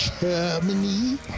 Germany